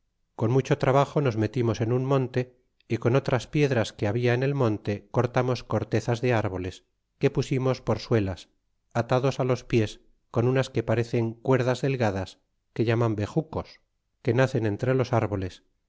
con mucho trabajo nos metimos en un monte y con otras piedras que habia en el monte cortamos cortezas de arboles que pusimos por suelas atados los pies con unas que parecen cuerdas delgadas que llaman bejucos que nacen entre los arboles